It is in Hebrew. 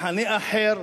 מחנה אחר,